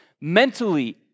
mentally